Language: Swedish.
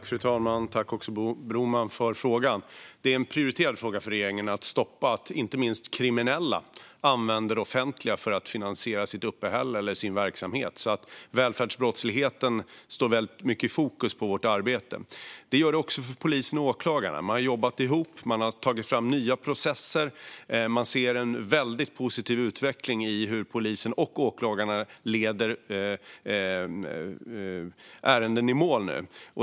Fru talman! Tack för frågan, Bo Broman! Det är en prioriterad fråga för regeringen att stoppa att inte minst kriminella använder det offentliga för att finansiera sitt uppehälle eller sin verksamhet. Välfärdsbrottsligheten står väldigt mycket i fokus för vårt arbete. Det gör den också för polisen och åklagarna. Man har jobbat ihop och tagit fram nya processer, och vi ser en väldigt positiv utveckling i hur polisen och åklagarna nu leder ärenden i mål.